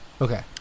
Okay